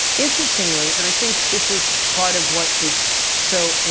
interestingly, and i think this is part of what is so,